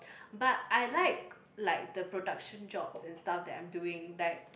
but I like like the production jobs and stuff that I'm doing like